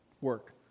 work